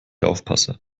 aufpasse